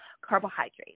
carbohydrates